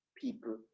people